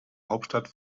hauptstadt